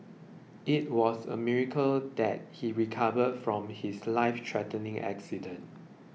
it was a miracle that he recovered from his lifethreatening accident